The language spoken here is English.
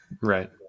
Right